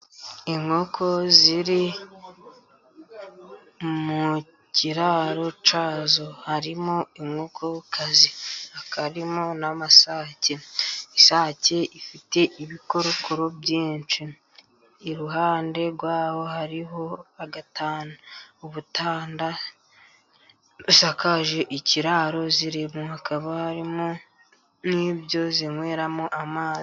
Inkoko ziri mu kiraro cyazo harimo inkokokazi, harimo n'amasake, ifite ibikokuru byinshi iruhande rwazo hariho agatanu, ubutanda busakaje ikiraro ziri mu hakaba harimo n'ibyo zinyweramo amazi.